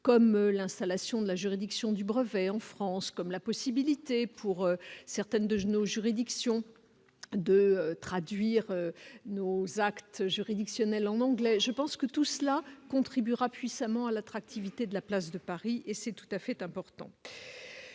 comme l'installation de la juridiction du brevet en France, comme la possibilité pour certaines de nos juridictions de traduire nos actes juridictionnels en anglais, je pense que tout cela contribuera puissamment à l'attractivité de la place de Paris et c'est tout à fait important